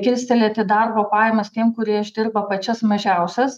kilstelėti darbo pajamas tiem kurie išdirba pačias mažiausias